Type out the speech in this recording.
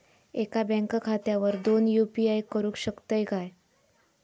एका बँक खात्यावर दोन यू.पी.आय करुक शकतय काय?